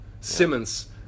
Simmons